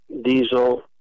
Diesel